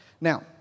now